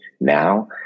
now